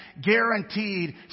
guaranteed